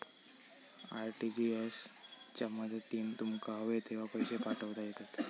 RTGS च्या मदतीन तुमका हवे तेव्हा पैशे पाठवता येतत